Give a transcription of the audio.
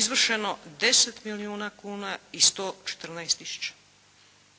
izvršeno 10 milijuna kuna i 114 tisuća.